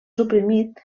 suprimit